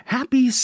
Happy